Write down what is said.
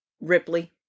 Ripley